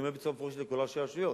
אני אומר בצורה מפורשת לכל ראשי הרשויות: